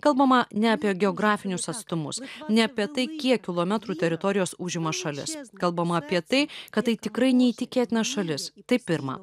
kalbama ne apie geografinius atstumus ne apie tai kiek kilometrų teritorijos užima šalis kalbama apie tai kad tai tikrai neįtikėtina šalis tai pirma